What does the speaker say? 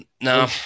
No